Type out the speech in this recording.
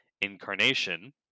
incarnation